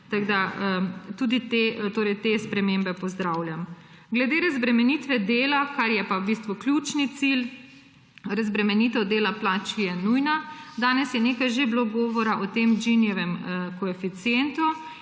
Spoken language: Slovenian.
Tudi te spremembe pozdravljam. Glede razbremenitve dela, ker pa je ključni cilj, razbremenitev dela plač je nujna. Danes je nekaj že bilo govora o tem Ginijevem koeficientu.